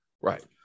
right